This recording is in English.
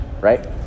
Right